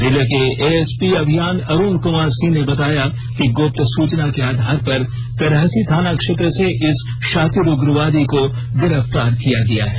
जिले के एएसपी अभियान अरूण कुमार सिंह ने बताया कि गुप्त सूचना के आधार पर तरहसी थाना क्षेत्र से इस शातिर उग्रवादी को गिरफ्तार किया गया है